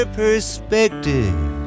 perspective